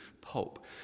pulp